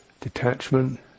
detachment